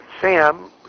Sam